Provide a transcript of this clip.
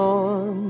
on